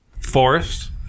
forest